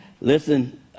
listen